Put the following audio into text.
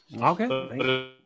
Okay